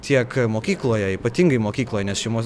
tiek mokykloje ypatingai mokykloj nes šeimos